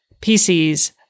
PCs